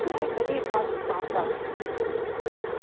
नहि कनि पाँच सात दिन